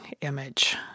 image